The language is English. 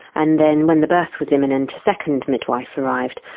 and then when the birth was imminent a second midwife arrived,